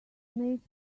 makes